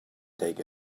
take